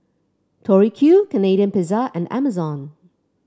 Tori Q Canadian Pizza and Amazon